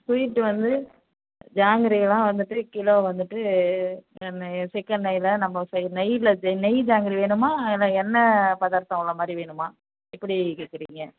sweet வந்து ஜாங்கிரியெல்லாம் வந்துவிட்டு கிலோ வந்துவிட்டு எண்ணெய் செக்கு எண்ணெயில நம்ம செய் நெய்யில நெய் ஜாங்கிரி வேணுமா இல்லை எண்ணெய் பதார்த்தம் உள்ளமாதிரி வேணுமா எப்படி கேட்குறீங்க